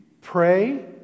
pray